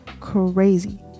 Crazy